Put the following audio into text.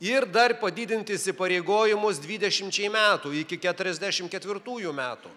ir dar padidint įsipareigojimus dvidešimčiai metų iki keturiasdešim ketvirtųjų metų